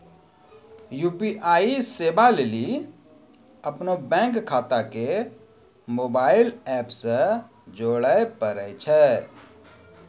UPI सेबा लेली अपनो बैंक खाता के मोबाइल एप से जोड़े परै छै